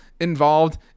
involved